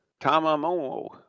tamamo